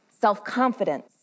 self-confidence